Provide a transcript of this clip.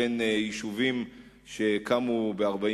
בין יישובים שב-48'